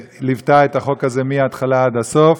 שליוותה את החוק הזה מההתחלה עד הסוף,